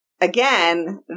again